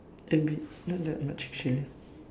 tempre~ not that much chill